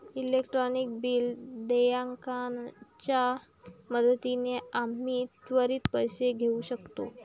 electronic bill देयकाच्या मदतीने आम्ही त्वरित पैसे देऊ शकतो